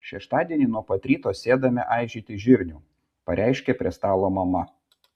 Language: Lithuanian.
šeštadienį nuo pat ryto sėdame aižyti žirnių pareiškė prie stalo mama